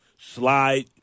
slide